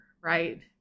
right